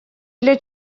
для